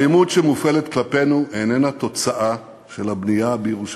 האלימות שמופעלת כלפינו איננה תוצאה של הבנייה בירושלים.